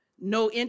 No